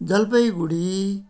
Jalpaiguri